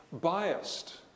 biased